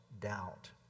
doubt